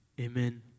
Amen